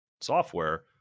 software